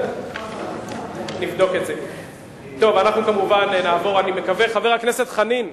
חבר הכנסת חנין,